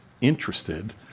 interested